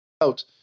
out